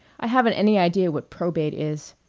i haven't any idea what probate is.